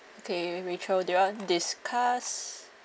okay rachel do you want discuss